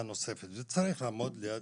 צריך לעמוד ליד